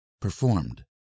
performed